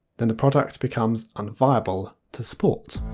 then the product becomes unviable to support.